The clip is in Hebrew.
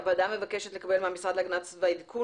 הוועדה מבקשת לקבל מהמשרד להגנת הסביבה עדכון